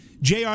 Jr